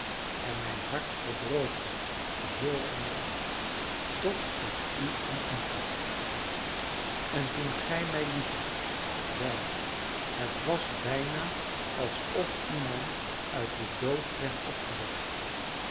en mijn hart verdroogde geheel en al tot ik u ontmoette en toen gij mij liefhadt wel het was bijna alsof iemand uit den dood werd opgewekt